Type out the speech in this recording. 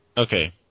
Okay